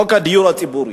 חוק הדיור הציבורי.